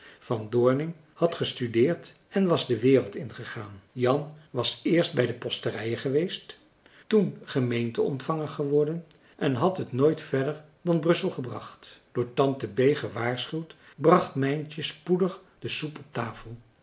van doorning had gestudeerd en was de wereld ingegaan jan was eerst bij de posterijen geweest toen gemeente-ontvanger geworden en had het nooit verder dan brussel gebracht door tante bee gewaarschuwd bracht mijntje spoedig marcellus emants een drietal novellen de soep op tafel